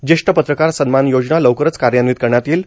ज्येष्ठ पत्रकार सन्मान योजना लवकरच कार्यान्वित करण्यात येईल